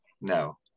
No